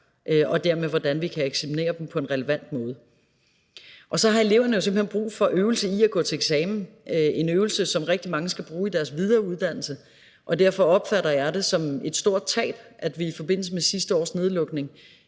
og dermed, hvordan vi kan eksaminere dem på en relevant måde. Så har eleverne jo simpelt hen brug for øvelse i at gå til eksamen, en øvelse, som rigtig mange skal bruge i deres videre uddannelse, og derfor opfatter jeg det som et stort tab, at vi i forbindelse med sidste års nedlukning